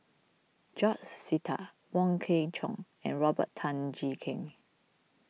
George Sita Wong Kwei Cheong and Robert Tan Jee Keng